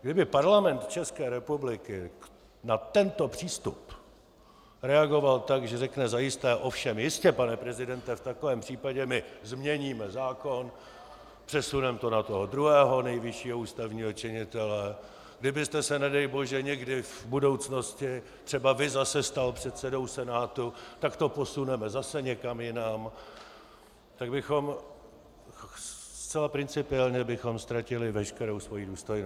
Kdyby Parlament České republiky na tento přístup reagoval tak, že řekne zajisté, ovšem, jistě, pane prezidente, v takovém případě my změníme zákon, přesuneme to na toho druhého nejvyššího ústavního činitele, kdybyste se nedejbože někdy v budoucnosti třeba vy zase stal předsedou Senátu, tak to posuneme zase někam jinam, tak bychom zcela principiálně ztratili veškerou svoji důstojnost.